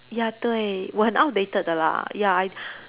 ya 对我很 outdated the lah ya I